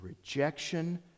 rejection